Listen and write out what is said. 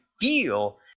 feel